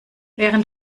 während